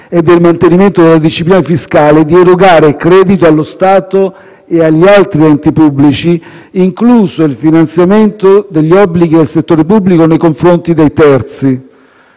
e del mantenimento della disciplina fiscale, di erogare credito allo Stato e agli altri enti pubblici, incluso il finanziamento degli obblighi al settore pubblico nei confronti dei terzi.